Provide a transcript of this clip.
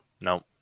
No